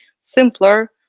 simpler